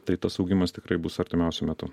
tai tas augimas tikrai bus artimiausiu metu